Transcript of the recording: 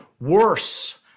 Worse